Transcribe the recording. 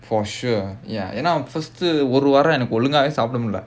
for sure ya ஒரு வாரம் ஒழுங்கவே சாப்பிட முடியல:oru vaaram olungaavae saappida mudiyala